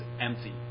empty